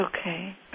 okay